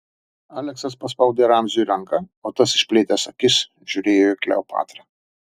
aleksas paspaudė ramziui ranką o tas išplėtęs akis žiūrėjo į kleopatrą